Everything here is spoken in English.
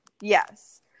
Yes